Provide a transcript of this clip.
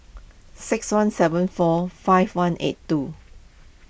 six one seven four five one eight two